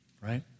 right